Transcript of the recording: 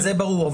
זה ברור.